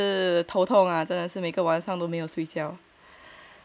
小时候真的是头痛啊真的是每个晚上都没有睡觉